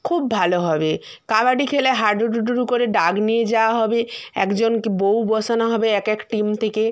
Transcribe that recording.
খুব ভালো হবে কাবাডি খেলা হাডুডুডুডু করে ডাক নিয়ে যাওয়া হবে একজনকে বউ বসানো হবে এক এক টিম থেকে